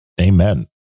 Amen